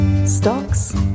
Stocks